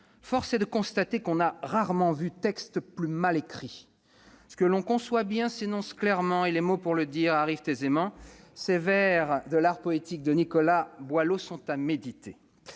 force est de constater que l'on a rarement vu texte plus mal écrit. « Ce que l'on conçoit bien s'énonce clairement, et les mots pour le dire arrivent aisément »- ces vers de l'de Nicolas Boileau sont à méditer.